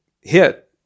hit